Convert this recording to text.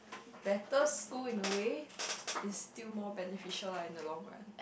better school in a way is still more beneficial lah in the long run